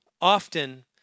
often